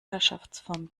herrschaftsform